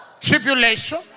tribulation